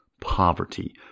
poverty